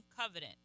covenant